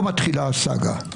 פה מתחילה הסאגה.